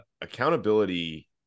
accountability